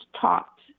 talked